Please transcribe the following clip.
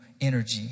energy